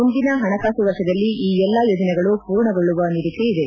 ಮುಂದಿನ ಹಣಕಾಸು ವರ್ಷದಲ್ಲಿ ಈ ಎಲ್ಲಾ ಯೋಜನೆಗಳು ಪೂರ್ಣಗೊಳ್ಳುವ ನಿರೀಕ್ಷೆಯಿದೆ